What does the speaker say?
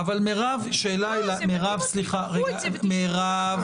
לא, זה מדהים אותי, קחו את זה ותשמרו במקום מסודר.